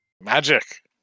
magic